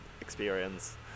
experience